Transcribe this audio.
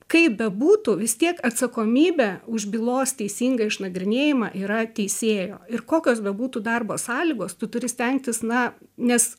kaip bebūtų vis tiek atsakomybė už bylos teisingą išnagrinėjimą yra teisėjo ir kokios bebūtų darbo sąlygos tu turi stengtis na nes